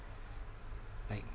like